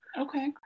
Okay